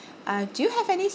uh do you have any